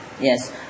Yes